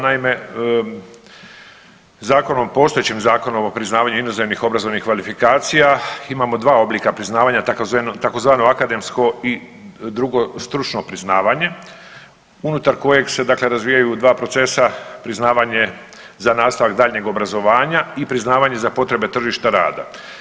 Naime, zakonom, postojećim Zakonom o priznavanju inozemnih obrazovnih kvalifikacija, imamo dva oblika priznavanja tzv. akademsko i drugo stručno priznavanje unutar kojeg se dakle razvijaju dva procesa, priznavanje za nastavak daljnjeg obrazovanja i priznavanje za potrebe tržišta rada.